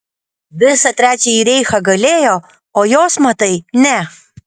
visą trečiąjį reichą galėjo o jos matai ne